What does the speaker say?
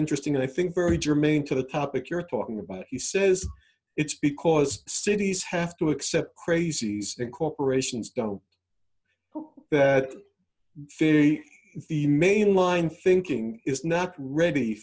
interesting i think very germane to the topic you're talking about he says it's because cities have to accept crazies and corporations don't feel that the mainline thinking is not ready